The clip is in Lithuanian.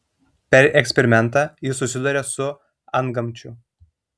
per eksperimentą jis susiduria su antgamčiu